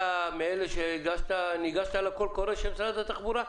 ניגשת לקול קורא של משרד התחבורה?